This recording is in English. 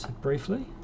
briefly